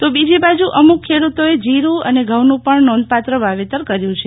તો બીજીબાજી અમુક ખેડૂતોએ જીરું અને ઘઉંનું પણ નોંધપાત્ર વાવેતર કર્યું છે